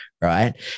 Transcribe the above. right